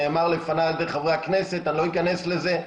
נאמר לפניי על ידי חברי הכנסת, אני לא אכנס לזה.